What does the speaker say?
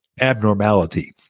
abnormality